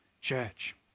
church